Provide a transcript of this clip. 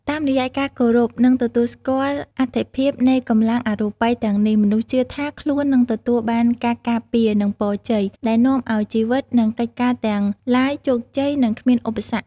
តាមរយៈការគោរព និងទទួលស្គាល់អត្ថិភាពនៃកម្លាំងអរូបិយទាំងនេះ មនុស្សជឿថាខ្លួននឹងទទួលបានការការពារ និងពរជ័យ ដែលនាំឲ្យជីវិត និងកិច្ចការទាំងឡាយជោគជ័យ និងគ្មានឧបសគ្គ។